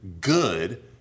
good